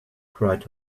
cried